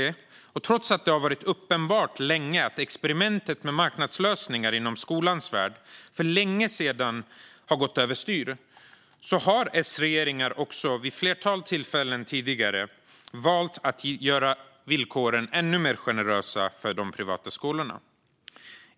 Trots att det har varit uppenbart länge att experimentet med marknadslösningar inom skolans värld för länge sedan har gått över styr har S-regeringar vid ett flertal tillfällen tidigare valt att göra villkoren ännu mer generösa för de privata skolorna.